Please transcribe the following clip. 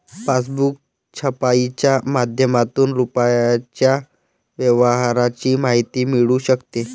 passbook छपाईच्या माध्यमातून रुपयाच्या व्यवहाराची माहिती मिळू शकते